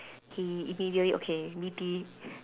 he immediately okay B_P